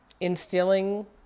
instilling